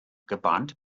gebannt